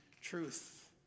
truth